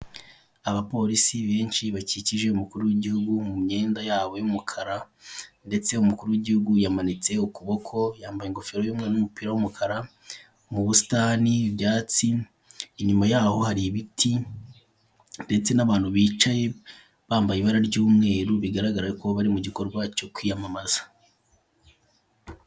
Abapolisi benshi bakikije umukuru w'igihugu mu myenda yabo y'umukara ndetse umukuru w'igihugu yamanitse ukuboko, yambaye ingofero y'umweru n'umupira w'umukara, mu busitani, ibyatsi, inyuma yaho hari ibiti ndetse n'abantu bicaye bambaye ibara ry'umweru. Bigaragara ko bari mu gikorwa cyo kwiyamamaza.